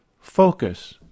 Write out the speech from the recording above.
Focus